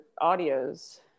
audio's